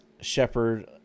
Shepard